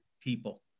people